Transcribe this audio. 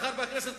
ואחד בכנסת,